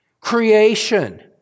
Creation